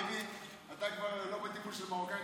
אתה כבר לא בטיפוס של המרוקאים,